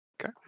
Okay